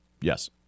Yes